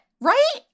right